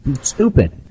stupid